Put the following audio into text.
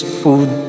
food